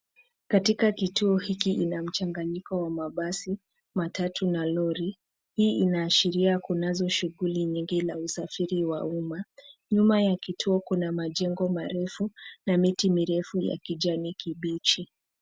Katika kituo hiki ina mchanganyiko wa mabasi, matatu na lori. Hii inaashiria kunazo shughuli nyingi la usafiri wa umma. Nyuma ya kituo kuna majengo marefu na miti mirefu ya kijani kibichi.